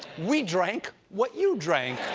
we drank what you drank!